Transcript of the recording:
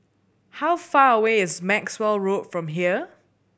how far away is Maxwell Road from here